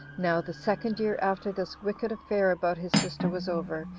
now the second year after this wicked affair about his sister was over,